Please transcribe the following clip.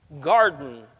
garden